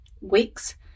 weeks